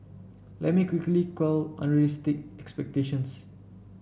let me quickly quell unrealistic expectations